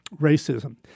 racism